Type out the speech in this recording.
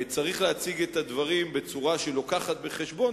צריך להציג את הדברים בצורה שלוקחת בחשבון